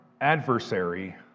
adversary